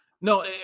no